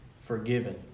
forgiven